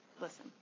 listen